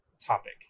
topic